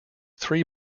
three